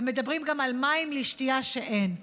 ומדברים גם על מים לשתייה שאין.